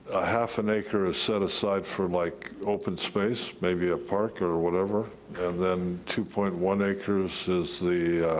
half an acre is set aside for like, open space? maybe a park or whatever, and then two point one acres is the,